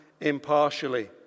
impartially